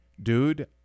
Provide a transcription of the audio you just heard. Dude